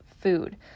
food